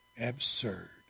absurd